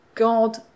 God